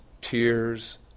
tears